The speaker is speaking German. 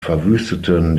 verwüsteten